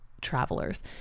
travelers